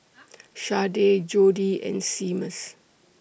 Sharday Jodi and Seamus